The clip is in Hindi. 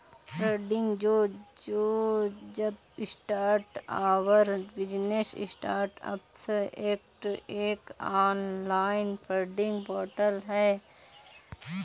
फंडिंग जो jumpstart our business startups act एक ऑनलाइन फंडिंग पोर्टल है